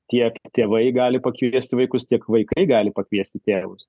tiek tėvai gali pakviesti vaikus tiek vaikai gali pakviesti tėvus